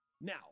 Now